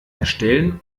erstellen